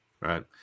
right